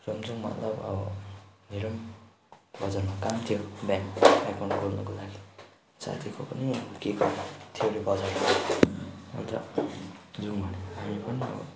room जाउँ मतलब अब मेरो पनि बजारमा काम थियो ब्याङ्क अकाउन्ट खोल्नुको लागि साथीको पनि केही काम थियो अरे बजारमा अन्त जाउँ भन्यो हामी पनि